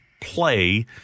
play